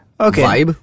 Okay